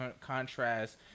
contrast